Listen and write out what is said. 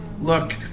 Look